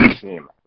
team